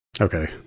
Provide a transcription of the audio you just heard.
Okay